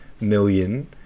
million